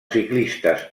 ciclistes